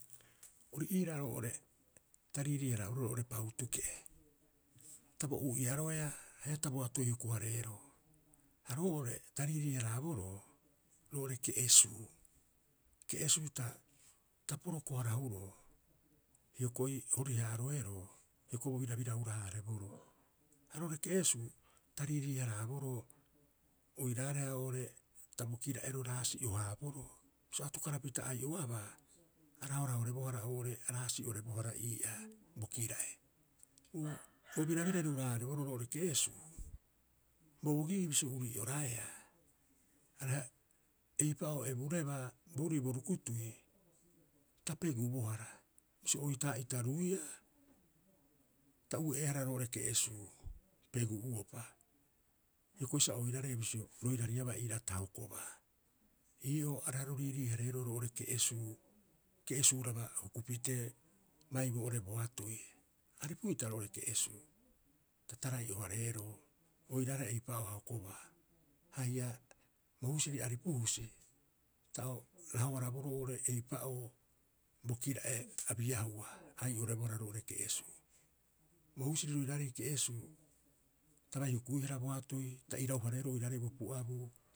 Orii'iira roo'ore ta riirii- haraaboro roo'ore pahutu ke'e, ta bo ou'iaroea haia ta boatoi huku- hareero. Ha roo'ore ta riirii- haraaboro, roo'ore Ke'esuu. Ke'esuu ta, ta poroko- haahuroo, hioko'i hori- haaroero hioko'i bo birabira hura- haareboro. Ha roo'ore Ke'esuu ta riirii- haraaboro, oiraareha oo'ore, ta bo kira'ero raasio- haaboroo. Bisio atukarapita ai'oabaa, a rahorahorebohara oo'ore, a raasi'orebohara ii'aa bo kira'e Bo birabirari a hura- haareboroo roo'ore ke'esuu, bobogi'ii bisio urii'oraeaa areha eipa'oo eburebaa boorii bo rukutui ta pegobohara. Bisio oitaa'ita ruiia ta ue'eehara roo'ore ke'esuu pegu'uopa. Hioko'i sa oirare bisio roirariabaa iiraa ta hokobaa. Ii'oo areha ro riirii- hareeroo oo'ore ke'esuu ke'esuuraba huku pitee bai boo ore boatoi. A ripu'ita roo ore ke'esuu ta tai'o- hareeroo oiraareha eipa'oo a hokoba. Haia bohusiri aripu husi, ta o rahoaraboroo oo'ore eipa'oo bo kira'e a biahua, a ai'orebohara roo'ore ke'esuu. Bo husiri roiraarei ke'suu, ta bai hukuihara boatoi, ta ira- hareeroo oiraarei bo pu'abuu.